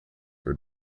were